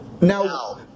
Now